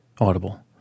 Audible